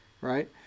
right